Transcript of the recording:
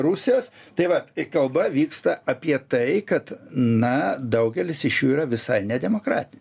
rusijos tai vat i kai kalba vyksta apie tai kad na daugelis iš jų yra visai ne demokratin